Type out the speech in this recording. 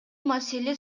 маселе